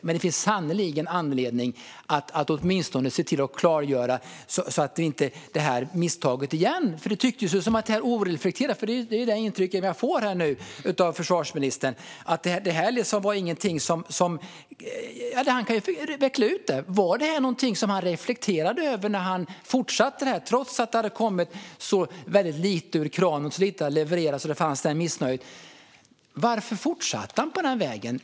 Och det finns sannerligen anledning att åtminstone se till att klargöra så att misstaget inte sker igen. Detta tycks oreflekterat; det är det intryck jag får av försvarsministern. Han kan utveckla det. Var detta något han reflekterade över när han fortsatte det här trots att det hade kommit så lite ur kranen, att så lite hade levererats och att detta missnöje fanns? Varför fortsatte han på den här vägen?